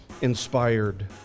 inspired